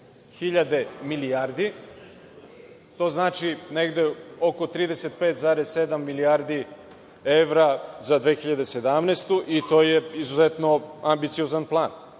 milijardi, to znači negde oko 35, 7 milijardi evra za 2017. godinu i to je izuzetno ambiciozan plan.